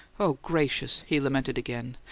oh, gracious! he lamented again,